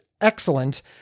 excellent